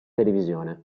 televisione